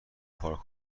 پارک